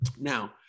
Now